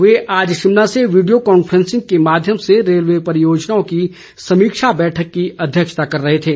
वे आज शिमला से video conferencing के माध्यम से रेलवे परियोजनाओं की समीक्षा बैठक की अध्यक्षता कर रहे थे